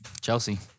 Chelsea